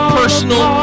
personal